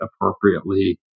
appropriately